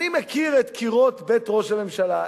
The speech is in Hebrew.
אני מכיר את קירות בית ראש הממשלה.